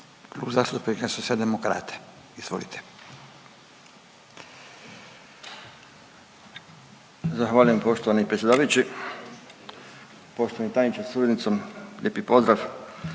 Klub zastupnika Socijaldemokrata. Izvolite.